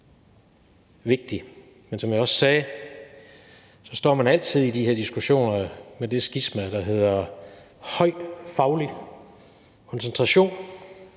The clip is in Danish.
vigtigt, men som jeg også sagde, står man altid i de her diskussioner med det skisma, der er mellem en høj faglig koncentration